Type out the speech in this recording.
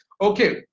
Okay